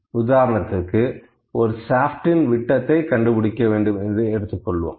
உதாரணத்திற்கு ஒரு ஷாப்ட்இன் விட்டத்தை கண்டுபிடிக்க வேண்டும் என்று எடுத்துக் கொள்வோம்